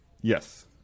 Yes